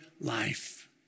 life